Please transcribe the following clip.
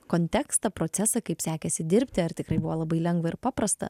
kontekstą procesą kaip sekėsi dirbti ar tikrai buvo labai lengva ir paprasta